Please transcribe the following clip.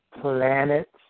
planets